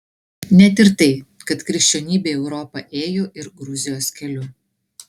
net ir tai kad krikščionybė į europą ėjo ir gruzijos keliu